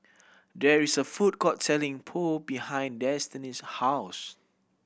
there is a food court selling Pho behind Destini's house